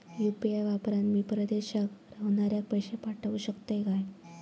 UPI वापरान मी परदेशाक रव्हनाऱ्याक पैशे पाठवु शकतय काय?